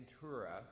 Ventura